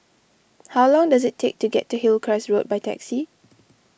how long does it take to get to Hillcrest Road by taxi